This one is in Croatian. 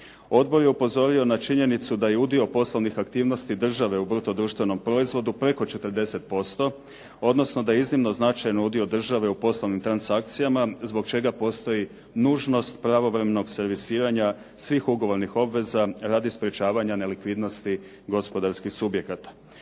Odbor je upozorio na činjenicu da je udio poslovnih aktivnosti države u bruto društvenom proizvodu preko 40%, odnosno da je iznimno značajan udio države u poslovnim transakcijama zbog čega postoji nužnost pravovremenog servisiranja svih ugovornih obveza radi sprečavanja nelikvidnosti gospodarskih subjekata.